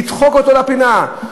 לדחוק אותו לפינה,